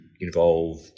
involve